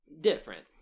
Different